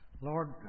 Lord